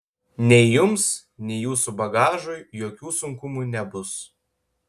nei jums nei jūsų bagažui jokių sunkumų nebus